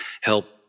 help